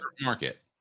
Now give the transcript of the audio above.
market